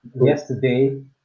Yesterday